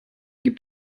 gibt